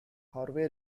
harvey